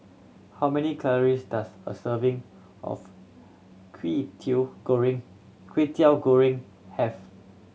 how many calories does a serving of Kwetiau Goreng Kwetiau Goreng have